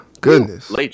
goodness